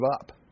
up